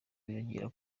biyongera